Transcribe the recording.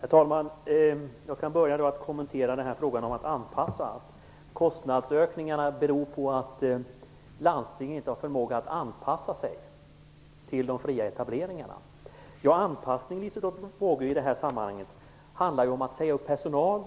Herr talman! Jag kan börja med att kommentera frågan om att anpassa kostnaderna. Kostnadsökningarna beror på att landstingen inte haft förmåga att anpassa sig till de fria etableringarna, säger Liselotte Wågö, handlar om att säga upp personal